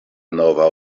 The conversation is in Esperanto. nova